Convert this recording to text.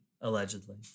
Allegedly